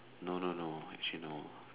no no no actually no